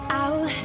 out